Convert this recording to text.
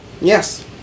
yes